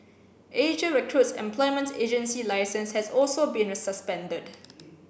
Asia Recruit's employment agency licence has also been suspended